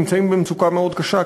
במצוקה מאוד קשה,